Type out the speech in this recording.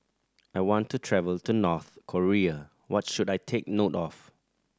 I want to travel to North Korea what should I take note of